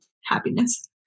happiness